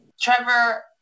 Trevor